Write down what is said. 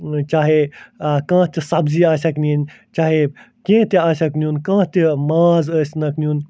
چاہے کانٛہہ تہٕ سبزی آسٮ۪کھ نِنۍ چاہے کیٚنٛہہ تہِ آسٮ۪کھ نیُن کانٛہہ تہِ ماز ٲسۍنَکھ نیُن